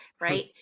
right